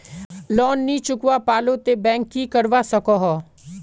Loan नी चुकवा पालो ते बैंक की करवा सकोहो?